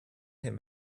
him